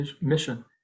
mission